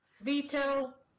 Vito